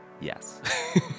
Yes